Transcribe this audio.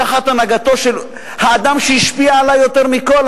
תחת הנהגתו של האדם שהשפיע עלי יותר מכול,